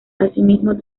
asimismo